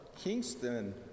Kingston